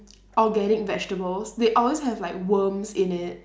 organic vegetables they always have like worms in it